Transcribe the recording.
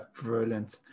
brilliant